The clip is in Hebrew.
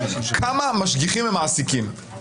כמה משגיחים הם מעסיקים.